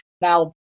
Now